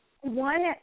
One